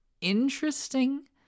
interesting